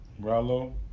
Rallo